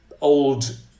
old